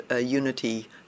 unity